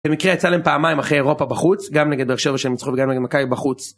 במקרה יצא להם פעמיים אחרי אירופה בחוץ, גם נגד באר שבע שהם ניצחו וגם נגד מכבי בחוץ.